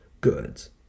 goods